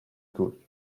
good